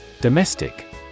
Domestic